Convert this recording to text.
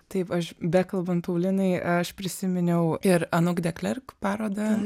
tai paš bekalbant paulinai aš prisiminiau ir anuk de klerk parodą